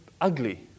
ugly